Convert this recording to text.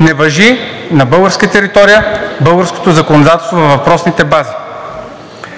не важи на българска територия българското законодателство във въпросните бази.